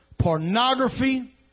pornography